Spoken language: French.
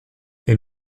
est